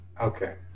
Okay